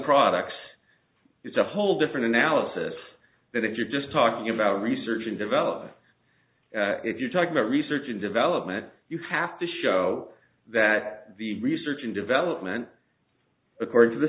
products it's a whole different analysis that if you're just talking about research and development if you talk about research and development you have to show that the research and development according to the